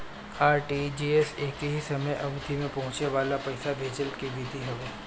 RTGS एकही समय अवधि में पहुंचे वाला पईसा भेजला के विधि हवे